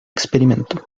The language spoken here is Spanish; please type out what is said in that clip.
experimento